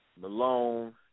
Malone